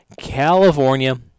California